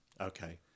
Okay